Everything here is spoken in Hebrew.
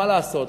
מה לעשות,